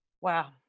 Wow